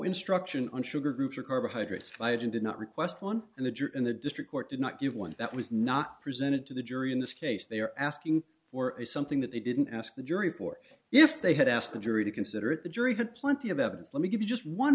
instruction on sugar groups or carbohydrates fired and did not request one and the jury in the district court did not give one that was not presented to the jury in this case they are asking for is something that they didn't ask the jury for if they had asked the jury to consider it the jury had plenty of evidence let me give you just one